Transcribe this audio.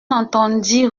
entendit